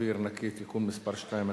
אוויר נקי (תיקון מס' 2),